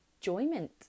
enjoyment